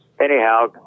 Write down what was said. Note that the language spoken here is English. Anyhow